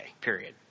period